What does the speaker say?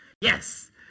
Yes